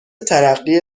ترقی